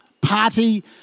party